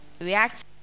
react